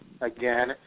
again